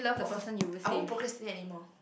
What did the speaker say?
oh I won't procrastinate anymore